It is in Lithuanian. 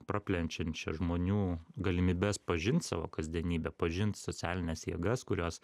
praplenčiančią žmonių galimybes pažint savo kasdienybę pažint socialines jėgas kurios